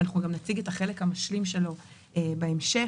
ונציג את החלק המשלים שלו בהמשך.